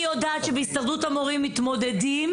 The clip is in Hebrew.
אני יודעת שבהסתדרות המורים מתמודדים